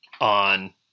on